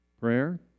prayer